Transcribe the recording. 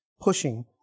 pushing